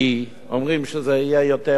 אומרים שזה יהיה יותר מועיל,